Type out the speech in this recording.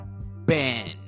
Ben